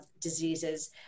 diseases